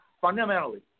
fundamentally